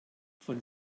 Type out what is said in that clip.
von